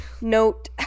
note